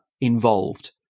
involved